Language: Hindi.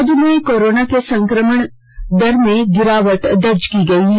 राज्य में कोरोना के संक्रमण दर में गिरावट दर्ज की गयी है